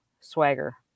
swagger